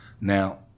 Now